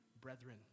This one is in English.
brethren